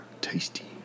Tasty